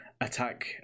attack